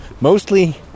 mostly